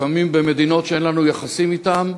לפעמים במדינות שאין לנו יחסים אתן,